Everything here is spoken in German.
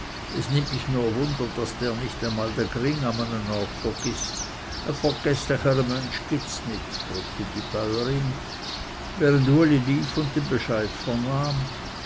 es nimmt mich nur wunder daß der nicht einmal dr gring am ene ort vrgißt e vrgeßlichere mönsch gits nit brummte die bäurin während uli lief und den bescheid